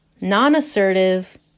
non-assertive